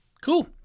Cool